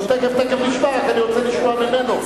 טוב, תיכף, תיכף נשמע, רק אני רוצה לשמוע ממנו.